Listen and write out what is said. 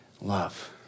love